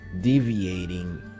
deviating